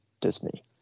Disney